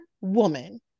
woman